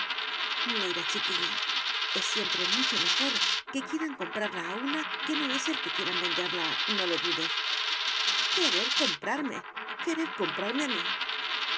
mira chiquilla es siempre mucho mejor que quieran comprarla a una que no es el que quieran venderla no lo dudes querer comprarme querer comprarme a mí